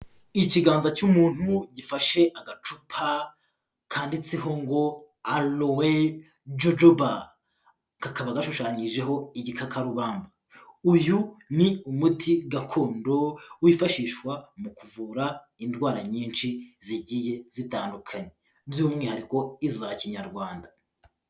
Ikiganza cy'umuntu gifashe agacupa kanditseho ngo Alowe jojoba, kakaba gashushanyijeho igikakarubamba, uyu ni umuti gakondo wifashishwa mu kuvura indwara nyinshi zigiye zitandukanye, by'umwihariko iza kinyarwanda.